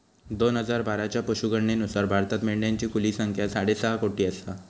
दोन हजार बाराच्या पशुगणनेनुसार भारतात मेंढ्यांची खुली संख्या साडेसहा कोटी आसा